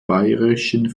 bayerischen